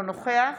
אינו נוכח